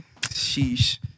Sheesh